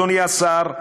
אדוני השר,